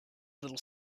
little